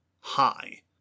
high